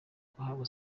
guhabwa